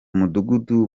mudugudu